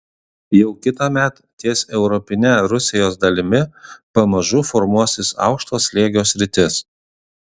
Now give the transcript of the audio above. jau kitąmet ties europine rusijos dalimi pamažu formuosis aukšto slėgio sritis